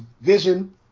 Vision